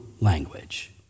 language